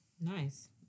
Nice